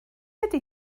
ydy